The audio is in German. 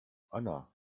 anna